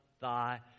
Thy